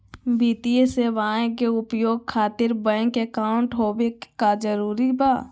वित्तीय सेवाएं के उपयोग खातिर बैंक अकाउंट होबे का जरूरी बा?